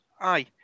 Aye